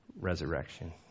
resurrection